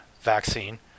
vaccine